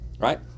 Right